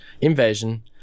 invasion